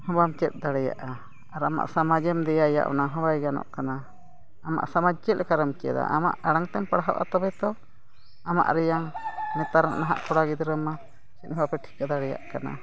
ᱦᱚᱸ ᱵᱟᱢ ᱪᱮᱫ ᱫᱟᱲᱮᱭᱟᱜᱼᱟ ᱟᱨ ᱟᱢᱟᱜ ᱥᱚᱢᱟᱡᱽ ᱮᱢ ᱫᱮᱭᱟᱭᱟ ᱚᱱᱟᱦᱚᱸ ᱵᱟᱭ ᱜᱟᱱᱚᱜ ᱠᱟᱱᱟ ᱟᱢᱟᱜ ᱥᱚᱢᱟᱡᱽ ᱪᱮᱫ ᱞᱮᱠᱟᱨᱮᱢ ᱪᱮᱫᱟ ᱟᱢᱟᱜ ᱟᱲᱟᱝ ᱛᱮᱢ ᱯᱟᱲᱦᱟᱜᱼᱟ ᱛᱚᱵᱮ ᱛᱚ ᱟᱢᱟᱜ ᱨᱮᱭᱟᱜ ᱱᱮᱛᱟᱨ ᱱᱟᱦᱟᱸᱜ ᱠᱚᱲᱟ ᱜᱤᱫᱽᱨᱟᱹ ᱢᱟ ᱪᱮᱫᱦᱚᱸ ᱵᱟᱯᱮ ᱴᱷᱤᱠᱟᱹ ᱫᱟᱲᱮᱭᱟᱜ ᱠᱟᱱᱟ